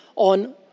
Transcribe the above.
on